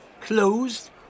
closed